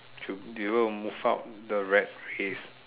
should even move up the right pace